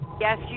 Yes